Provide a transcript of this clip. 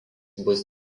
bus